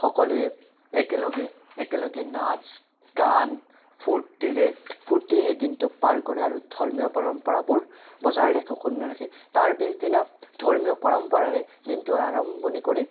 সকলোৱে একেলগে একেলগে নাচ গান ফূৰ্তিৰে ফূৰ্তিৰে সেই দিনটো পাৰ কৰে আৰু ধৰ্মীয় পৰম্পৰাবোৰ বজাই ৰাখে অখুন্ন ৰাখে তাৰ পিছদিনা ধৰ্মীয় পৰম্পৰাৰে দিনটোৰ আৰম্ভণি কৰি